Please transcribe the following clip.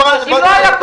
ניזרי.